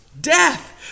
Death